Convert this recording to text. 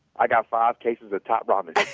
i got five cases of top ramen.